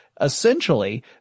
Essentially